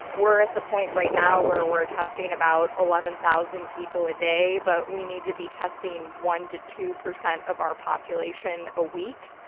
we're at the point right now where we're testing and about eleven thousand people a day, but we need to be testing one to two percent of our population a week.